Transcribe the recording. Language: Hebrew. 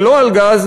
ולא על גז,